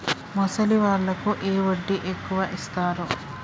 ముసలి వాళ్ళకు ఏ వడ్డీ ఎక్కువ ఇస్తారు?